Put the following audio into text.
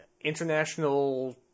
International